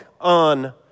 on